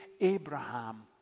Abraham